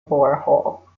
borehole